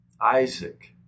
Isaac